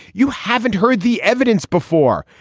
you haven't heard the evidence before.